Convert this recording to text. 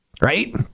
Right